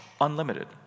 unlimited